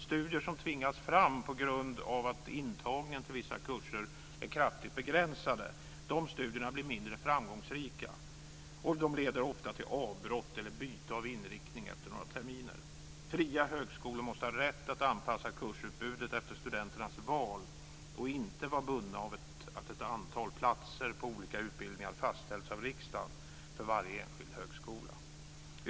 Studier som tvingas fram på grund av att intagningen till vissa kurser är kraftigt begränsad blir mindre framgångsrika och leder ofta till avbrott eller byte av inriktning efter några terminer. Fria högskolor måste ha rätt att anpassa kursutbudet efter studenternas val och inte vara bundna av att ett antal platser på olika utbildningar fastställs av riksdagen för varje enskild högskola.